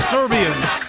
Serbians